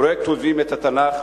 פרויקט "כותבים את התנ"ך",